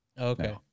Okay